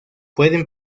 pueden